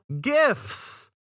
gifts